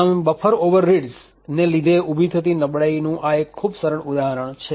આમ buffer overreads ને લીધે ઉભી થતી નબળાઈનું આ એક ખૂબ સરળ ઉદાહરણ છે